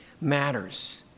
matters